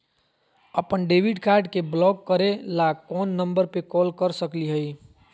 अपन debit card के block करे ला कौन नंबर पे कॉल कर सकली हई?